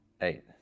Eight